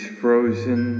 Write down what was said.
frozen